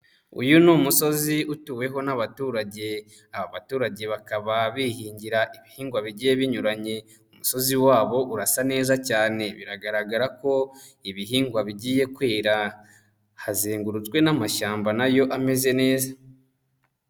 Uyu ni umusozi utuweho n'abaturage aba baturage bakaba bihingira ibihingwa bigiye binyuranye, umugo wabo urasa neza cyane biragaragara ko ibihingwa bigiye kwera, hazengurutswe n'amashyamba na yo ameze neza.